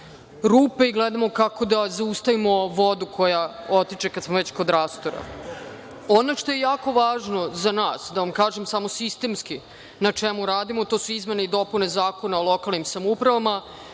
rupe i gledamo kako da zaustavimo vodu koja otiče kad smo već kod rastora. Ono što je jako važno za nas, da vam kažem samo sistemski na čemu radimo, to su izmene i dopune Zakona o lokalnim samoupravama.